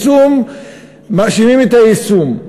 מאשימים את היישום.